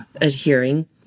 adhering